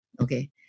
okay